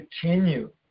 continue